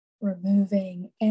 Removing